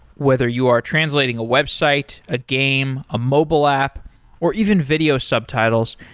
whether you are translating a website, a game, a mobile app or even video subtitles,